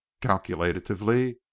calculatively